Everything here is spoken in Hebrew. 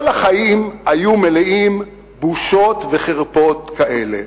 כל החיים היו מלאים בושות וחרפות כאלה.